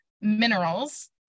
minerals